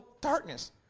Darkness